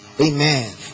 amen